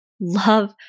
love